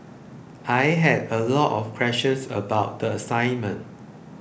I had a lot of questions about the assignment